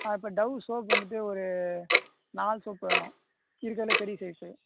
ஆ இப்போ Dove soap வந்துவிட்டு ஒரு நாலு சோப்பு வேணும் இருக்கிறதுலே பெரிய சைஸ்ஸு